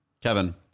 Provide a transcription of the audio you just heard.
Kevin